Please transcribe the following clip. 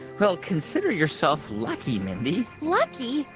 well, consider yourself lucky, mindy lucky?